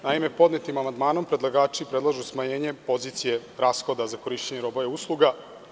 Naime, podnetim amandmanom predlagači predlažu smanjenje pozicije rashoda za korišćenje roba i usluga.